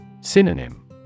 Synonym